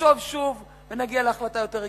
נחשוב שוב ונגיע להחלטה יותר הגיונית.